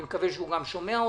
אני מקווה שהוא גם שומע אותנו.